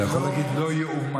אתה יכול להגיד: לא ייאמן.